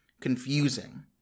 confusing